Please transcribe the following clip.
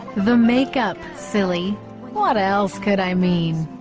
the? makeup silly what else could i mean?